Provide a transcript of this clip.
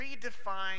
redefine